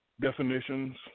definitions